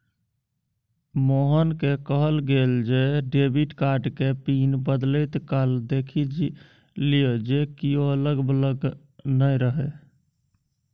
मोहनकेँ कहल गेल जे डेबिट कार्ड केर पिन बदलैत काल देखि लिअ जे कियो अगल बगल नै रहय